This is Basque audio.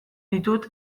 ditut